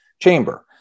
chamber